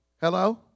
Hello